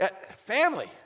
Family